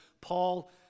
Paul